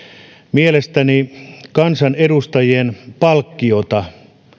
mielestäni kansanedustajien palkkiota